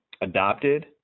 adopted